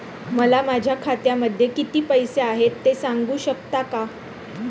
मला माझ्या खात्यामध्ये किती पैसे आहेत ते सांगू शकता का?